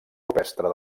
rupestre